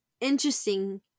interesting